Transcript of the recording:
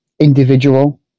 individual